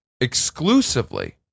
exclusively